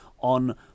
On